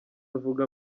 avuga